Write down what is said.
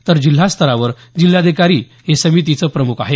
तर जिल्हास्तरावर जिल्हाधिकारी हे समितीच प्रमुख आहेत